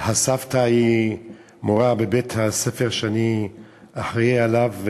הסבתא היא מורה בבית-הספר שאני אחראי עליו,